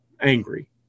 angry